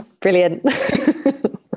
Brilliant